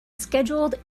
scheduled